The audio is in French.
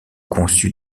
conçu